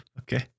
Okay